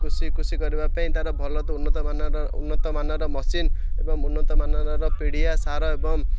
କୃଷି କୃଷି କରିବା ପାଇଁ ତା'ର ଭଲ ତ ଉନ୍ନତମାନର ଉନ୍ନତମାନର ମେସିନ୍ ଏବଂ ଉନ୍ନତମାନର ପିଡ଼ିଆ ସାର ଏବଂ